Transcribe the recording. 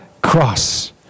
Cross